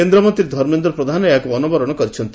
କେନ୍ଦ୍ରମନ୍ତୀ ଧର୍ମେନ୍ଦ୍ର ପ୍ରଧାନ ଏହାକୁ ଅନାବରଣ କରିଛନ୍ତି